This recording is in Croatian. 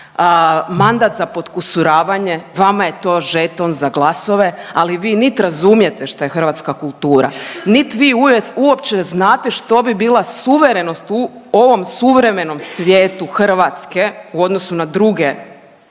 mandat za potkusuravanje, vama je to žeton za glasove, ali vi nit razumijete šta je hrvatska kultura, nit vi uopće znate što bi bila suverenost u ovom suvremenom svijetu Hrvatske u odnosu na druge,